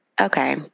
okay